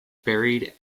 buried